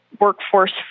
workforce